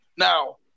Now